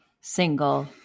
single